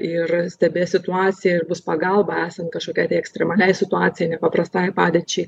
ir stebės situaciją ir bus pagalba esant kažkokiai tai ekstremaliai situacijai nepaprastai padėčiai